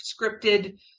scripted